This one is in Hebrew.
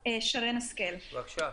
להתייחס, בבקשה.